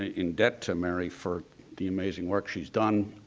ah in debt to mary for the amazing work she's done